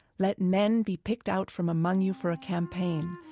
let men be picked out from among you for a campaign,